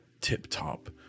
tip-top